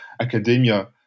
academia